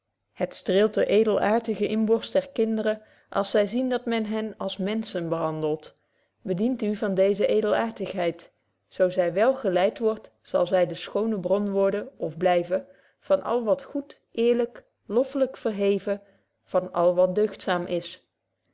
het streelt de edelaartige inborst der kinderen als zy zien dat men hen als menschen handelt bedient u van deeze edelaartigheid zo zy wel geleid wordt zal zy de schoone bron worden of blyven van al wat goed eerlyk loffelyk verheven van al wat deugdzaam is